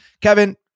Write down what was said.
Kevin